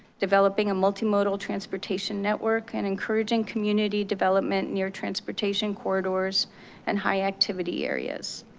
developing a multimodal transportation network and encouraging community development near transportation corridors and high activity areas.